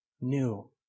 new